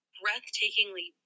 breathtakingly